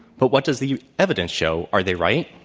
but what does the evidence show? are they right?